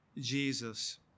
Jesus